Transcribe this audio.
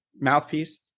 mouthpiece